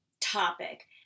topic